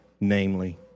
namely